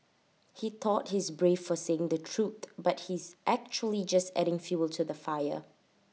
he thought he is brave for saying the truth but he is actually just adding fuel to the fire